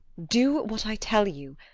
do what i tell you.